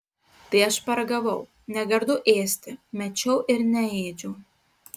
tai aš paragavau negardu ėsti mečiau ir neėdžiau